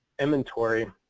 inventory